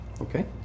Okay